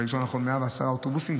יותר נכון 110 אוטובוסים,